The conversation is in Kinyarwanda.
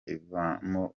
ivamo